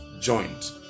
joint